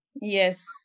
Yes